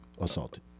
assaulted